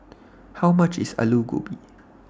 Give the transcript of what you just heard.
How much IS Aloo Gobi